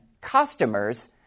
customers